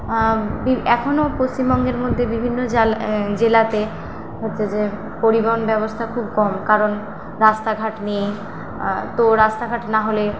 B এখনও পশ্চিমবঙ্গের মধ্যে বিভিন্ন জালা জেলাতে হচ্ছে যে পরিবহন ব্যবস্থা খুব কম কারণ রাস্তাঘাট নেই তো রাস্তাঘাট না হলে